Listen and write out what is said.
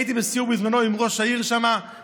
הייתי בזמנו בסיור עם ראש העירייה בקרוונים,